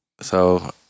So-